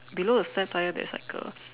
below the spare tyre there's like a